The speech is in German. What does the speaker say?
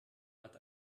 hat